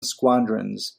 squadrons